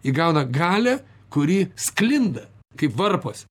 įgauna galią kuri sklinda kaip varpas